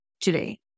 today